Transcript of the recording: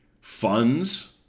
funds